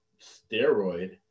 steroid